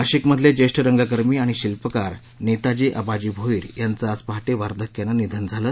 नाशिकमधले जेष्ठ रंगकर्मी आणि शिल्पकार नेताजी आबाजी भोईर यांचं आज पहाटे वार्धक्यानं निधन झालं